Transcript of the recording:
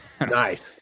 Nice